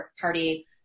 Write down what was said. party